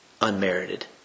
unmerited